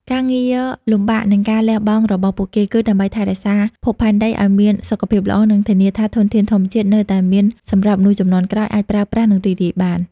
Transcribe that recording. ការងារលំបាក និងការលះបង់របស់ពួកគេ គឺដើម្បីថែរក្សាភពផែនដីឲ្យមានសុខភាពល្អ និងធានាថាធនធានធម្មជាតិនៅតែមានសម្រាប់ មនុស្សជំនាន់ក្រោយ អាចប្រើប្រាស់ និងរីករាយបាន។